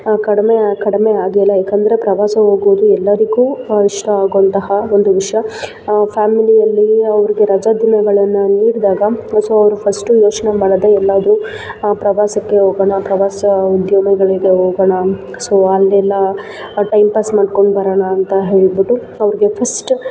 ಕಡಿಮೆ ಕಡಿಮೆ ಆಗೇ ಇಲ್ಲ ಏಕಂದರೆ ಪ್ರವಾಸ ಹೋಗೋದು ಎಲ್ಲರಿಗೂ ಇಷ್ಟ ಆಗುವಂತಹ ಒಂದು ವಿಷಯ ಫ್ಯಾಮಿಲಿಯಲ್ಲಿ ಅವರದು ರಜಾದಿನಗಳನ್ನು ನೀಡಿದಾಗ ಸೊ ಅವರು ಫಸ್ಟು ಯೋಚನೆ ಮಾಡೋದೇ ಎಲ್ಲಾದರೂ ಪ್ರವಾಸಕ್ಕೆ ಹೋಗೋಣ ಪ್ರವಾಸ ಉದ್ಯಮಗಳಿಗೆ ಹೋಗೋಣ ಸೊ ಅಲ್ಲೆಲ್ಲ ಟೈಮ್ ಪಾಸ್ ಮಾಡ್ಕೊಂಡು ಬರೋಣ ಅಂತ ಹೇಳಿಬಿಟ್ಟು ಅವ್ರಿಗೆ ಫಸ್ಟ್